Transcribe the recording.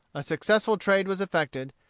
a successful trade was effected,